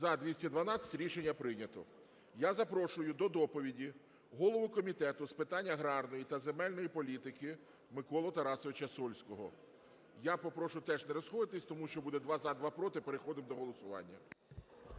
За-212 Рішення прийнято. Я запрошую до доповіді голову Комітету з питань аграрної та земельної політики Миколу Тарасовича Сольського. Я попрошу теж не розходитися, тому що буде два – за, два – проти і переходимо до голосування.